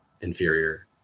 inferior